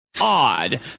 odd